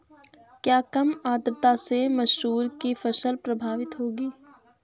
क्या कम आर्द्रता से मसूर की फसल प्रभावित होगी?